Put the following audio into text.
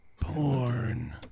Porn